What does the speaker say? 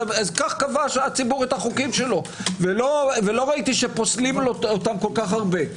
כך קבע הציבור את חוקיו ולא ראיתי שפוסלים אותם כל כך הרבה.